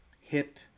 hip